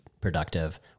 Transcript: productive